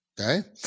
Okay